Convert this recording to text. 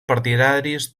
partidaris